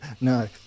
No